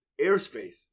airspace